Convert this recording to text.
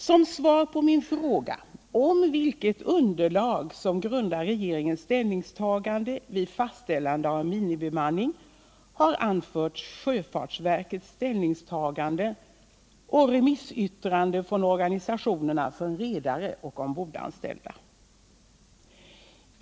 Som svar på min fråga om vilket underlag som grundar regeringens ställningstagande vid fastställande av minimibemanning har an förts sjöfartsverkets ställningstagande och remissyttranden från organisationerna för redare och ombordanställda.